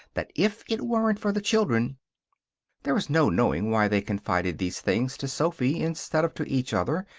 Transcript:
that if it weren't for the children there is no knowing why they confided these things to sophy instead of to each other,